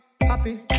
happy